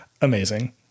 amazing